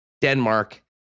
Denmark